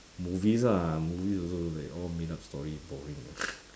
movies lah movies also like all made up story boring lah